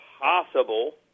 possible